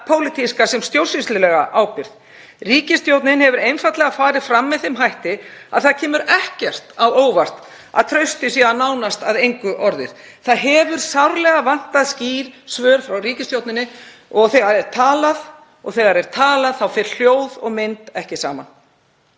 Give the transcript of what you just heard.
pólitíska og stjórnsýslulega ábyrgð. Ríkisstjórnin hefur farið fram með þeim hætti að það kemur ekkert á óvart að traustið sé nánast að engu orðið. Það hefur sárlega vantað skýr svör frá ríkisstjórninni og þegar talað er þá fara hljóð og mynd ekki saman.